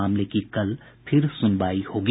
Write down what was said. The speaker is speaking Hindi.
मामले की कल फिर सुनवाई होगी